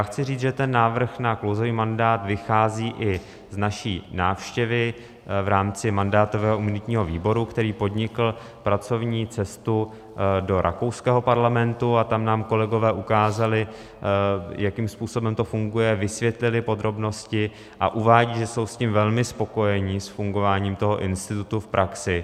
Chci říct, že návrh na klouzavý mandát vychází i z naší návštěvy v rámci mandátového a imunitního výboru, který podnikl pracovní cestu do rakouského parlamentu, a tam nám kolegové ukázali, jakým způsobem to funguje, vysvětlili podrobnosti a uvádějí, že jsou s tím velmi spokojeni, s fungováním toho institutu v praxi.